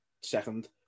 second